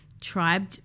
tribe